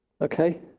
okay